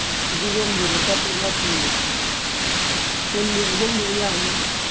ꯐꯗꯤꯒꯣꯝꯗꯤ ꯂꯨꯄꯥ ꯇꯔꯥ ꯄꯤꯌꯦ ꯀꯨꯟꯒꯤ ꯑꯍꯨꯝꯗꯤ ꯌꯥꯅꯤ